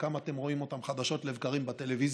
את חלקם אתם רואים חדשות לבקרים בטלוויזיה.